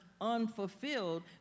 unfulfilled